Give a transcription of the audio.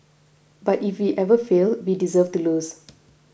but if we ever fail we deserve to lose